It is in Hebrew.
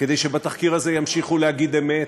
כדי שבתחקיר הזה ימשיכו להגיד אמת,